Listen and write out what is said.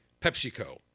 PepsiCo